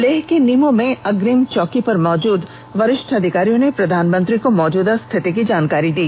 लेह के निम में अग्रिम चौकी पर मौजूद वरिष्ठ अधिकारियों ने प्रधानमंत्री को मौजूदा स्थिति की जानकारी दी